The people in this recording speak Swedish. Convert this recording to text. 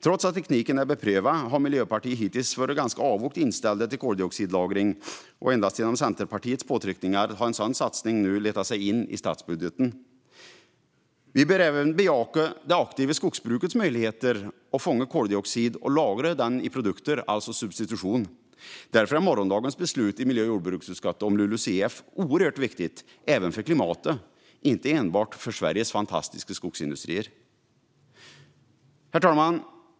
Trots att tekniken är beprövad har Miljöpartiet hittills varit ganska avogt inställt till koldioxidlagring. Endast genom Centerpartiets påtryckningar har en sådan satsning nu letat sig in i statsbudgeten. Vi bör även bejaka det aktiva skogsbrukets möjligheter att fånga koldioxid och lagra den i produkter, alltså substitution. Därför är morgondagens beslut i miljö och jordbruksutskottet om LULUCF oerhört viktigt också för klimatet, inte enbart för Sveriges fantastiska skogsindustrier. Herr talman!